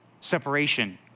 separation